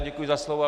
Děkuji za slovo.